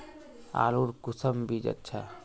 आलूर कुंसम बीज अच्छा?